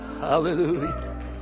hallelujah